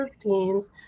teams